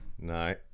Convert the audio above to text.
No